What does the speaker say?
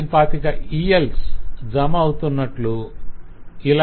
25ELs జమ అవుతునట్లూ ఇలా